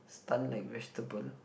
stunned like vegetable